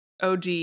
og